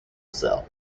cell